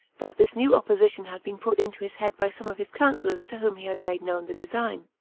that this new opposition had been put into his head by some of his counselors to whom he had made known the design.